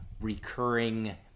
recurring